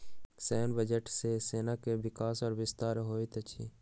सैन्य बजट सॅ सेना के विकास आ विस्तार होइत अछि